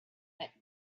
that